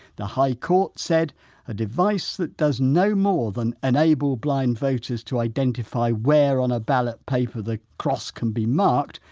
the high court said a device that does no more than enable blind voters to identify where on a ballot paper the cross can be marked,